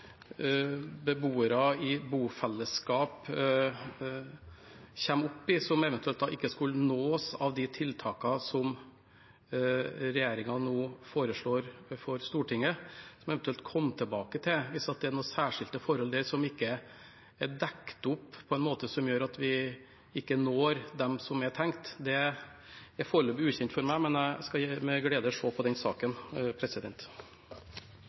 beboere i bofellesskap kommer opp i som eventuelt ikke skulle nås av de tiltakene som regjeringen nå foreslår for Stortinget. Jeg må eventuelt komme tilbake til det hvis det er noen særskilte forhold der som ikke er dekket opp, slik at vi ikke når dem som vi har tenkt å nå. Det er foreløpig ukjent for meg, men jeg skal med glede se på den saken.